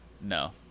No